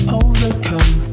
overcome